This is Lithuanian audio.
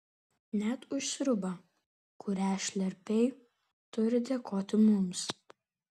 net už sriubą kurią šlerpei turi dėkoti mums